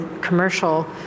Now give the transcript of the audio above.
commercial